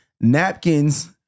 napkins